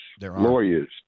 lawyers